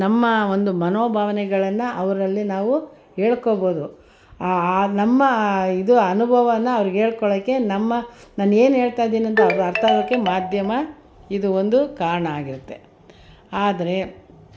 ನಮ್ಮ ಒಂದು ಮನೋಭಾವನೆಗಳನ್ನು ಅವರಲ್ಲಿ ನಾವು ಹೇಳ್ಕೊಳ್ಬೋದು ಆ ನಮ್ಮ ಇದು ಅನುಭವವನ್ನ ಅವ್ರಿಗೆ ಹೇಳ್ಕೊಳ್ಳೋಕ್ಕೆ ನಮ್ಮ ನಾನು ಏನು ಹೇಳ್ತಾ ಇದ್ದೀನಿ ಅಂತ ಅರ್ಥ ಆಗೋಕೆ ಮಾಧ್ಯಮ ಇದು ಒಂದು ಕಾರಣ ಆಗಿರುತ್ತೆ ಆದರೆ